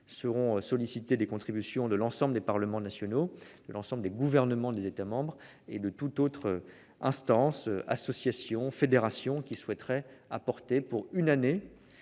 Seront sollicitées les contributions de l'ensemble des parlements nationaux, de l'ensemble des gouvernements des États membres et de toute autre instance- association, fédération, etc. -qui souhaiterait, pour une année,